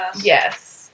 Yes